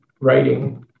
writing